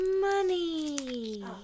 money